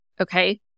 okay